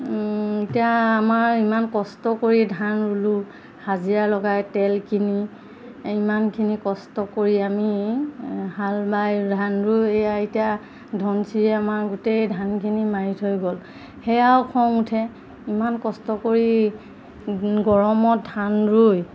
এতিয়া আমাৰ ইমান কষ্ট কৰি ধান ৰুলো হাজিৰা লগাই তেল কিনি ইমানখিনি কষ্ট কৰি আমি হাল বাই ধান ৰুই এতিয়া ধনচিৰিয়ে আমাৰ গোটেই ধানখিনি মাৰি থৈ গ'ল সেয়াও খং উঠে ইমান কষ্ট কৰি গৰমত ধান ৰুই